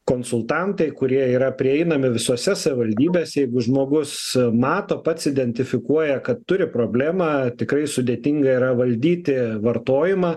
konsultantai kurie yra prieinami visose savivaldybėse jeigu žmogus mato pats identifikuoja kad turi problemą tikrai sudėtinga yra valdyti vartojimą